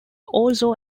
also